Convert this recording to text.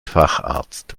facharzt